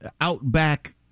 outback